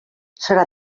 serà